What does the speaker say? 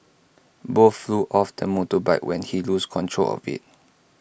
both flew off the motorbike when he lost control of IT